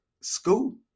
school